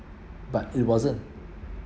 but it wasn't